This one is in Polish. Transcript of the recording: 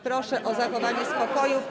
Proszę o zachowanie spokoju.